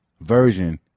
version